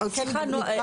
או כן נקרא.